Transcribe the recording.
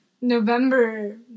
November